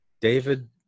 David